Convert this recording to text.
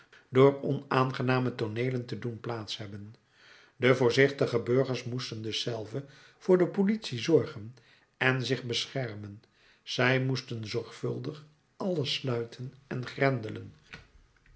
door onaangename tooneelen te doen plaats hebben de voorzichtige burgers moesten dus zelve voor de politie zorgen en zich beschermen zij moesten zorgvuldig alles sluiten en grendelen